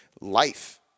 life